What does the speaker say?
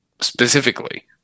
specifically